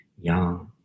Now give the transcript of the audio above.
yang